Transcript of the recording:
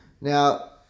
Now